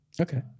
Okay